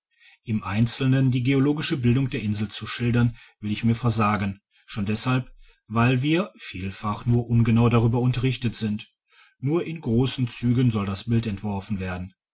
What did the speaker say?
im einzelnen die geologische bildung der insel zu schildern will ich mir versagen schon deshalb weil wir vielfach nur ungenau darüber unterrichtet sind nur in grossen zügen soll das bild entworfen werden